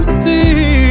see